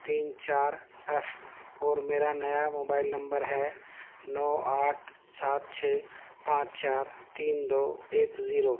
تین چار ایف اور میرا نیا موبائل نمبر ہے نو آٹھ سات چھ پانچ چار تین دو ایک زیرو